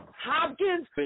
Hopkins